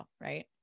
right